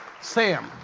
Sam